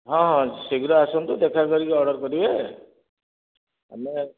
ହଁ ଶୀଘ୍ର ଆସନ୍ତୁ ଦେଖା କରିକି ଅର୍ଡ଼ର କରିବେ ଆମେ